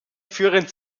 führen